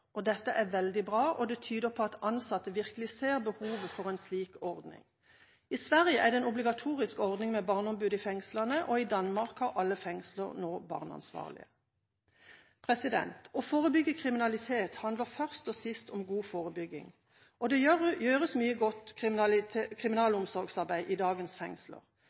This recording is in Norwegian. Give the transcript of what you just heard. er veldig bra, og det tyder på at ansatte virkelig ser behovet for en slik ordning. I Sverige er det en obligatorisk ordning med barneombud i fengslene, og i Danmark har alle fengsler nå barneansvarlige. Å forebygge kriminalitet handler først og sist om god forebygging, og det gjøres mye godt kriminalomsorgsarbeid i dagens fengsler.